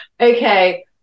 okay